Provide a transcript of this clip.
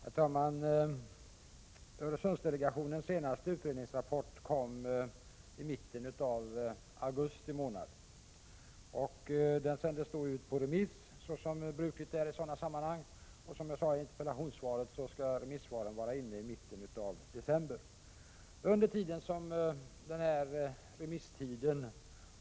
Herr talman! Öresundsdelegationens senaste utredningsrapport kom i mitten av augusti månad. Den sändes ut på remiss, som brukligt är i sådana sammanhang, och remissvaren skall ha kommit in i mitten av december, som jag sade i interpellationssvaret.